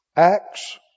Acts